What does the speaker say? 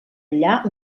allà